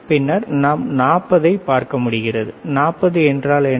பின்னர் நாம் 40 ஐப் பார்க்க முடிகிறது 40 என்றால் என்ன